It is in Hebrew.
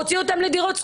מוציא אותם לדירות שכורות,